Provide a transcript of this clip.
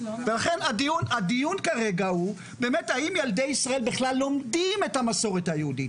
ולכן הדיון כרגע הוא האם ילדי ישראל בכלל לומדים את המסורת היהודית,